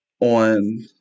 on